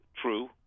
true